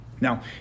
Now